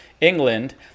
England